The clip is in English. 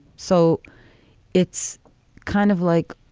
so it's kind of like,